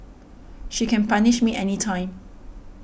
she can punish me anytime